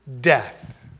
death